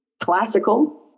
classical